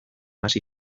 hasi